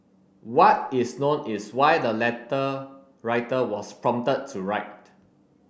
what is known is why the letter writer was prompted to write